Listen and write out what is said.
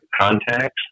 contacts